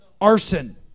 Arson